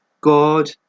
God